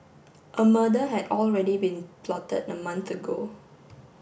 a murder had already been plotted a month ago